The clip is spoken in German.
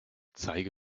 zeige